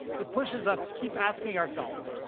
it pushes us to keep asking ourselves,